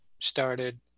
started